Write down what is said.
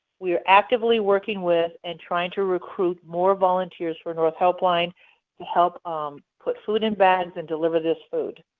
we are actively working with and trying to recruit more volunteers for north helpline to help um put food in bags and deliver this food.